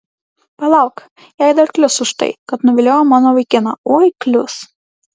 palauk jai dar klius už tai kad nuviliojo mano vaikiną oi klius